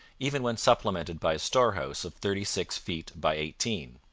even when supplemented by a storehouse of thirty-six feet by eighteen.